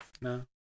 No